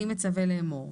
אני מצווה לאמור: